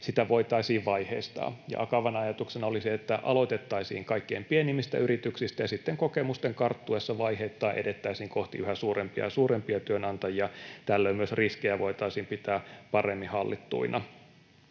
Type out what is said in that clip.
sitä voitaisiin vaiheistaa. Akavan ajatuksena olisi, että aloitettaisiin kaikkein pienimmistä yrityksistä ja sitten kokemusten karttuessa vaiheittain edettäisiin kohti yhä suurempia ja suurempia työnantajia. Tällöin myös riskejä voitaisiin pitää paremmin hallittuina.